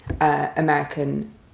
American